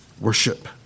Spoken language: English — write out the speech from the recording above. Worship